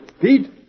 Pete